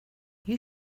you